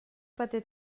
paté